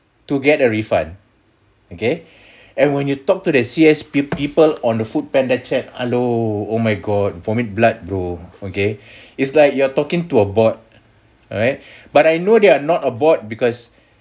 to get a refund okay and when you talk to the C_S_P people on the foodpanda chat hello oh my god vomit blood bro okay is like you are talking to a board alright but I know they are not a bot because